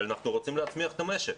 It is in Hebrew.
אבל אנחנו רוצים להצמיח את המשק.